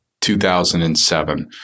2007